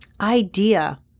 idea